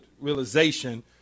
realization